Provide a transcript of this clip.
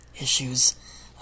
issues